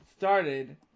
started